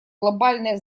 глобальное